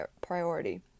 priority